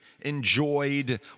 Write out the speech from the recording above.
enjoyed